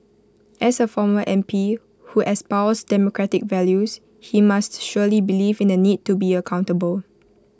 as A former M P who espoused democratic values he must surely believe in the need to be accountable